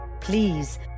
Please